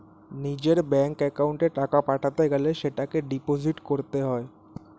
নিজের ব্যাঙ্ক অ্যাকাউন্টে টাকা পাঠাতে গেলে সেটাকে ডিপোজিট করতে হয়